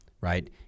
Right